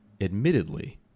admittedly